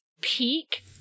peak